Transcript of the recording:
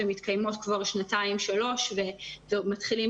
שמתקיימות כבר שנתיים שלוש ומתחילים